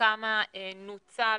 כמה נוצל.